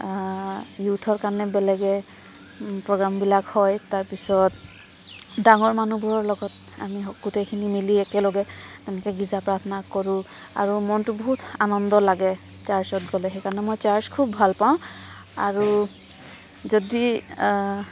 য়ুথৰ কাৰণে বেলেগে প্ৰগ্ৰামবিলাক হয় তাৰপিছত ডাঙৰ মানুহবোৰৰ লগত আমি গোটেইখিনি মিলি একেলগে তেনেকৈ গীৰ্জা প্ৰাৰ্থনা কৰোঁ আৰু মনটো বহুত আনন্দ লাগে চাৰ্ছত গ'লে সেইকাৰণে মই চাৰ্ছ খুব ভাল পাওঁ আৰু যদি